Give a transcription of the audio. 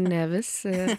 ne visi